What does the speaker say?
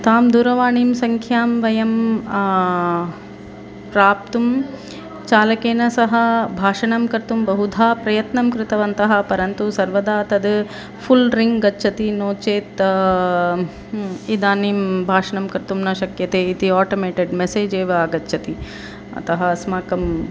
तां दूरवाणीसङ्ख्यां वयं प्राप्तुं चालकेन सह भाषणं कर्तुं बहुधा प्रयत्नं कृतवन्तः परन्तु सर्वदा तद् फ़ुल् रिङ्ग् गच्छति नो चेत् इदानीं भाषणं कर्तुं न शक्यते इति आटोमेटड् मेसेज् एव आगच्छति अतः अस्माकम्